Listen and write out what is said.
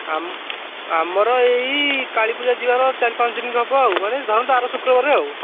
ଆମର ଏଇ କାଳିପୂଜା ଯିବାର ଚାରି ପାଞ୍ଚ ଦିନକି ହେବ ଆଉ ମାନେ ଧରନ୍ତୁ ଆର ଶୁକ୍ରବାରରେ ଆଉ